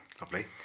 Lovely